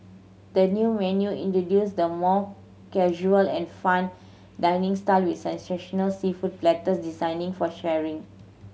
the new menu introduces the more casual and fun dining style with sensational seafood platters designing for sharing